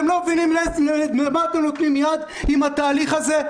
אתם לא מבינים למה אתם נותנים יד עם התהליך הזה?